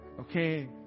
Okay